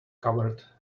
covered